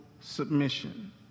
submission